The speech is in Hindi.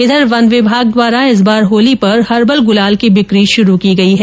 इधर वन विभाग द्वारा इस बार होली पर हर्बल गुलाल की बिकी शुरू की गई है